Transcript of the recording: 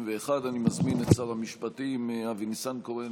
91. אני מזמין את שר המשפטים אבי ניסנקורן